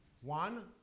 One